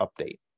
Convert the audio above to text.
update